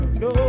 no